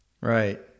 Right